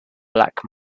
black